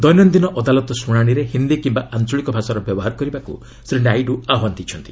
ଦୈନନ୍ଦିନ ଅଦାଲତ ଶୁଣାଶିରେ ହିନ୍ଦୀ କିମ୍ବା ଆଞ୍ଚଳିକ ଭାଷାର ବ୍ୟବହାର କରିବାକୁ ଶ୍ରୀ ନାଇଡୁ ଆହ୍ୱାନ ଦେଇଛନ୍ତି